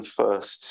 first